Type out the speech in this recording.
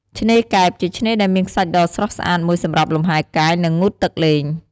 ឆ្នេរកែប ជាឆ្នេរដែលមានខ្សាច់ដ៏ស្រស់ស្អាតមួយសម្រាប់លំហែរកាយ និងងូតទឹកលេង។